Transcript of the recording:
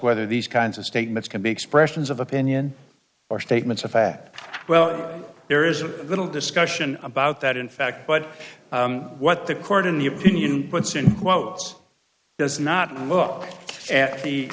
whether these kinds of statements can be expressions of opinion or statements of fact well there is a little discussion about that in fact but what the court in the opinion puts in quotes does not look at the